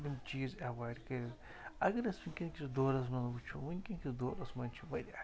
یِم چیٖز اٮ۪وایِڈ کٔرِتھ اگر أسۍ وٕنۍکٮ۪ن کِس دورَس منٛز وٕچھو وٕنۍکٮ۪ن کِس دورَس منٛز چھِ واریاہ